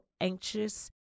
anxious